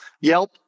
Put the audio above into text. yelp